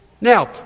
Now